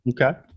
Okay